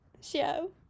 show